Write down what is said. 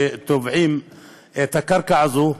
האזרחים שתובעים את הקרקע הזאת.